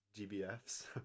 GBFs